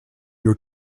your